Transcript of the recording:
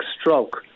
stroke